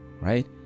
right